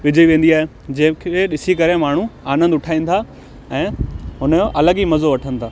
विझी वेंदी आहे जंहिंखे ॾिसी करे माण्हू आनंद उठाइनि था ऐं हुनजो अलॻि ई मज़ो वठनि थी